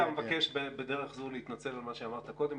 אם אתה מבקש בדרך זו להתנצל על מה שאמרת קודם,